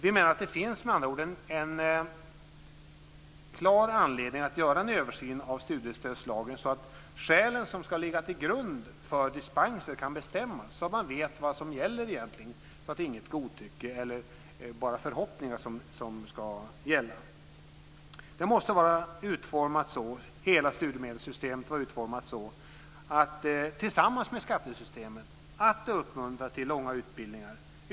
Vi menar att det finns en klar anledning att göra en översyn av studiestödslagen så att skälen som kan ligga till grund för dispenser kan bestämmas så att man vet vad som gäller, att det inte är godtycke eller bara förhoppningar som ska gälla. Hela studiestödssystemet måste vara så utformat, tillsammans med skattesystemet, att det uppmuntrar till långa utbildningar.